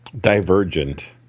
Divergent